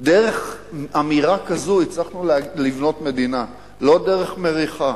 דרך אמירה כזאת הצלחנו לבנות מדינה, לא דרך מריחה,